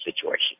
situation